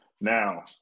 Now